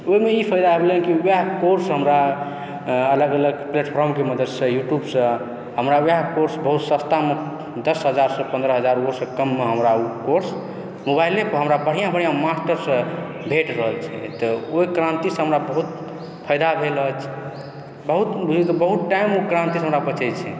ओहिमे ई फायदा भेलए कि वएह कोर्स हमरा अलग अलग प्लेटफार्मके मदतिसँ यूट्यूबसँ हमरा वएह कोर्स बहुत सस्तामे दस हजारसँ पन्द्रह हजार ओहोसँ कममे हमरा ओ कोर्स मोबाइलेपर हमरा बढ़िआँ बढ़िआँ मास्टरसँ भेट रहल छै तऽ ओइ क्रान्तिसँ हमरा बहुत फायदा भेल अछि बहुत बुझियौ तऽ बहुत टाइम हमरा ओहि क्रान्तिसँ बचै छै